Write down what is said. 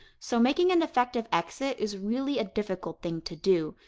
so making an effective exit is really a difficult thing to do.